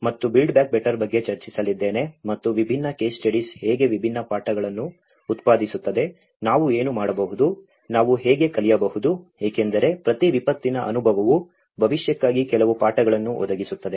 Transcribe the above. ಮತ್ತು BBB ಬಗ್ಗೆ ಚರ್ಚಿಸಲಿದ್ದೇನೆ ಮತ್ತು ವಿಭಿನ್ನ ಕೇಸ್ ಸ್ಟಡೀಸ್ ಹೇಗೆ ವಿಭಿನ್ನ ಪಾಠಗಳನ್ನು ಉತ್ಪಾದಿಸುತ್ತದೆ ನಾವು ಏನು ಮಾಡಬಹುದು ನಾವು ಹೇಗೆ ಕಲಿಯಬಹುದು ಏಕೆಂದರೆ ಪ್ರತಿ ವಿಪತ್ತಿನ ಅನುಭವವು ಭವಿಷ್ಯಕ್ಕಾಗಿ ಕೆಲವು ಪಾಠಗಳನ್ನು ಒದಗಿಸುತ್ತದೆ